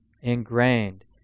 ingrained